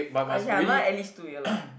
ah ya mind at least two year lah